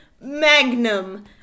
Magnum